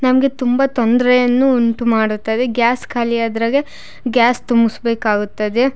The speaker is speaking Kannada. ನಮಗೆ ತುಂಬ ತೊಂದರೆಯನ್ನೂ ಉಂಟುಮಾಡುತ್ತದೆ ಗ್ಯಾಸ್ ಖಾಲಿ ಆದ್ರಗೆ ಗ್ಯಾಸ್ ತುಂಬಿಸ್ಬೇಕಾಗುತ್ತದೆ